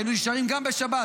היינו נשארים גם בשבת,